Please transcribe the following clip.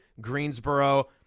Greensboro